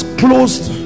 closed